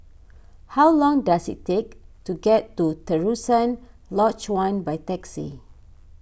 how long does it take to get to Terusan Lodge one by taxi